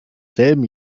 selben